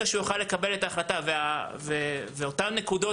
הוא יוכל לקבל את ההחלטה ואותן נקודות